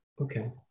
Okay